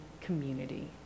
community